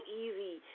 easy